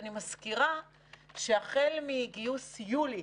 אני מזכירה שהחל מגיוס יולי